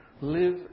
Live